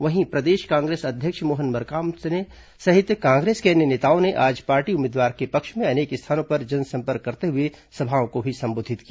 वहीं प्रदेश कांग्रेस अध्यक्ष मोहन मरकाम ने सहित कांग्रेस के अन्य नेताओं ने आज पार्टी उम्मीदवार के पक्ष में अनेक स्थानों में जनसंपर्क करते हुए सभाओं संबोधित किया